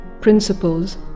principles